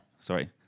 Sorry